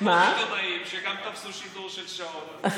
יש פה עוד עיתונאים שגם תפסו שידור של שעות.